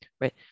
right